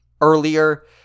earlier